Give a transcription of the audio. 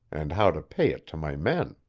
and how to pay it to my men.